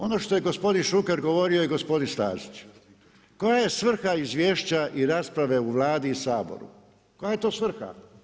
Ono što je gospodin Šuker govorio i gospodin Stazić koja je svrha izvješća i rasprave u Vladi i Saboru, koje je to svrha?